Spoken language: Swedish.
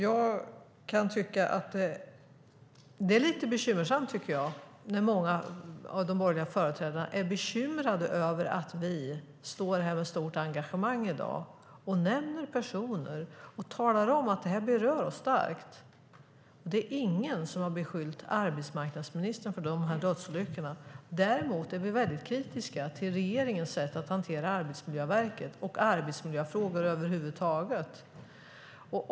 Jag tycker att det är lite bekymmersamt när många av de borgerliga företrädarna är bekymrade över att vi står här i dag med stort engagemang, nämner personer och talar om att det här berör oss starkt. Det är ingen som har beskyllt arbetsmarknadsministern för dödsolyckorna. Däremot är vi väldigt kritiska till regeringens sätt att hantera Arbetsmiljöverket och arbetsmiljöfrågor över huvud taget.